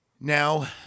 Now